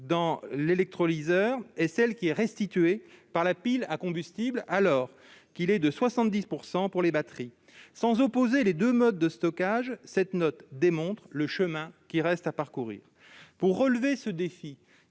dans l'électrolyseur et celle qui est restituée par la pile à combustible, alors qu'il est de 70 % pour les batteries. Sans opposer les deux modes de stockage, cette note montre le chemin qu'il reste à parcourir. Pour relever ce défi,